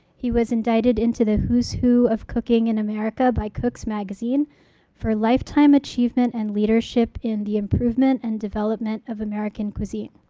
he was indicted into the who's who of cooking in america by cooks magazine for lifetime achievement and leadership and the improvement and development of american cuisine.